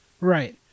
Right